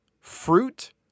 fruit